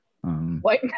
White